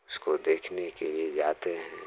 उसको देखने के लिए जाते हैं